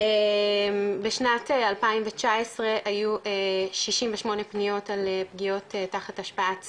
בשנת 2019 היו 68 פניות על פגיעות תחת השפעת סם,